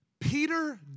Peter